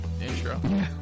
intro